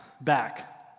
back